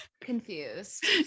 Confused